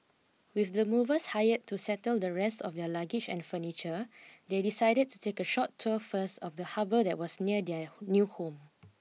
with the movers hired to settle the rest of their luggage and furniture they decided to take a short tour first of the harbour that was near their new home